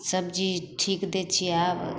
सब्जी ठीक दै छिए आब